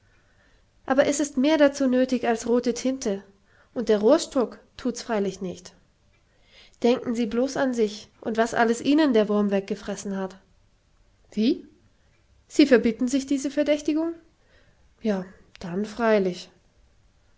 aber es ist mehr dazu nötig als rote tinte und der rohrstock thuts freilich nicht denken sie blos an sich und was alles ihnen der wurm weggefressen hat wie sie verbitten sich diese verdächtigung ja dann freilich